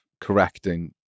correcting